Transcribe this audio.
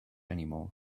anymore